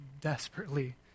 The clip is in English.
desperately